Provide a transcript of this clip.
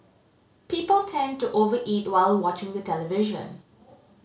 people tend to over eat while watching the television